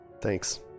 Thanks